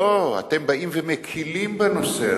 לא, אתם באים ומקלים בנושא הזה.